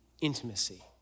intimacy